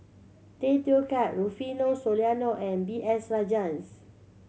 Tay Teow Kiat Rufino Soliano and B S Rajhans